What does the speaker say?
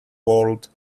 world